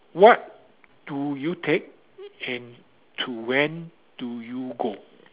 what do you take and to when do you go